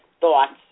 thoughts